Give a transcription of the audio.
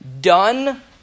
Done